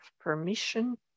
permission